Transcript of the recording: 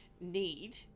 need